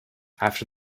after